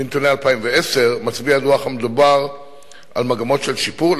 בנתוני 2010 מצביע הדוח המדובר על מגמות של שיפור,